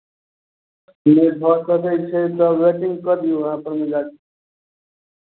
नहि भऽ सकै छै तऽ वेटिंग कऽ दियौ अहाँ अपन